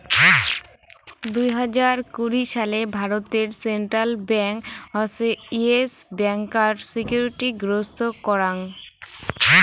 দুই হাজার কুড়ি সালে ভারতে সেন্ট্রাল ব্যাঙ্ক হসে ইয়েস ব্যাংকার সিকিউরিটি গ্রস্ত করাং